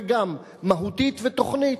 וגם מהותית ותוכנית,